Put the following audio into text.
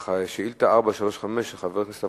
התש"ע (28 באוקטובר 2009): משטרת ישראל